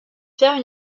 faire